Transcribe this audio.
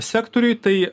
sektoriuj tai